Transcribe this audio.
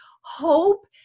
hope